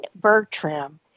Bertram